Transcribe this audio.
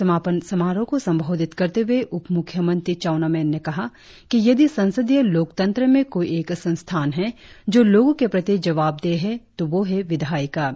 समापन समारोह को संबोधित करते हुए उप मुख्यमंत्री चउना मेन ने कहा कि यदि संसदीय लोकतंत्र में कोई एक संस्थान है जो लोगो के प्रति जवाबदेह है तो वह विधायिका है